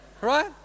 Right